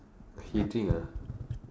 he drink ah